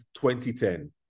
2010